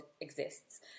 exists